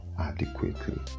adequately